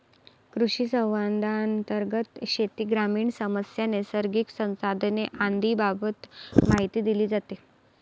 कृषिसंवादांतर्गत शेती, ग्रामीण समस्या, नैसर्गिक संसाधने आदींबाबत माहिती दिली जाते